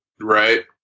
Right